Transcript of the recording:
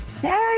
Hey